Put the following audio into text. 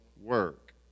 work